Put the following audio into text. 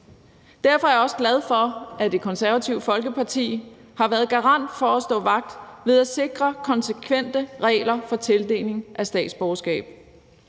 Derfor er jeg også glad for, at Det Konservative Folkeparti har været garant for at stå vagt om at sikre konsekvente regler for tildeling af statsborgerskab.